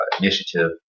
initiative